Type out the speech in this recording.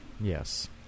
Yes